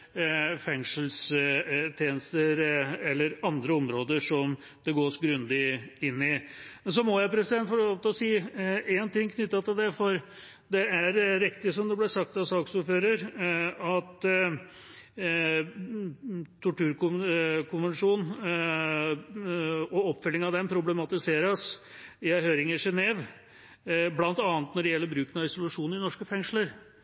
gås grundig inn i. Jeg må få lov til å si én ting knyttet til det. Det er riktig, som det ble sagt av saksordføreren, at torturkonvensjonen og oppfølgingen av den problematiseres i en høring i Genève, bl.a. når det gjelder bruken av isolasjon i norske fengsler.